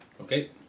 Okay